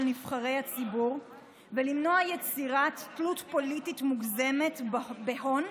נבחרי הציבור ולמנוע יצירת תלות פוליטית מוגזמת בהון,